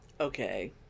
Okay